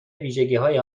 ویژگیهای